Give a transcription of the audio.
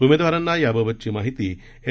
उमेदवारांना याबाबतची माहिती एस